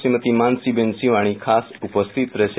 શ્રીમતિ માનસીબેન શિવાણી ખાસ ઉપસ્થિત રહેશે